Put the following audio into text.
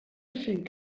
cinc